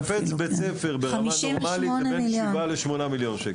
לשפץ בית ספר ברמה נורמלית זה בין 7 8 מיליון שקל.